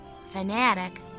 Fanatic